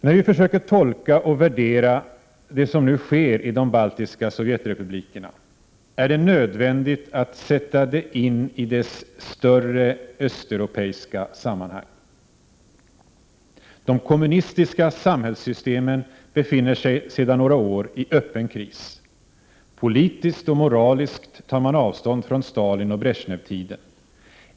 När vi försöker tolka och värdera det som nu sker i de baltiska sovjetrepublikerna, är det nödvändigt att sätta in det i dess större östeuropeiska sammanhang. De kommunistiska samhällssystemen befinner sig sedan några år tillbaka i öppen kris. Politiskt och moraliskt tar man avstånd från Stalinoch Bresjnevtiden.